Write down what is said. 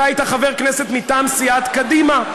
אתה היית חבר כנסת מטעם סיעת קדימה.